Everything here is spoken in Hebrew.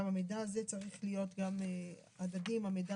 גם המידע הזה צריך להיות הדדי עם המידע